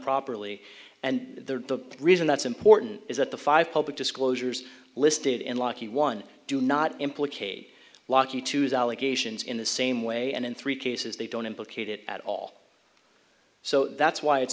properly and the reason that's important is that the five public disclosures listed in lucky one do not implicate lockie to his allegations in the same way and in three cases they don't implicated at all so that's why it's